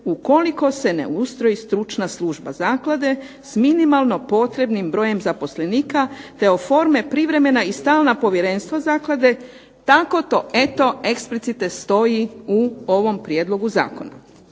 ukoliko se ne ustroji stručna služba zaklade s minimalno potrebnim brojem zaposlenika te oforme privremena i stalna povjerenstva zaklada. Tako to eto explicite stoji u ovom prijedlogu zakona.